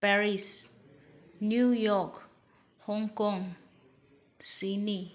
Paris New York Hong Kong Sydney